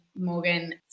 Morgan